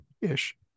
ish